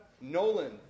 Nolan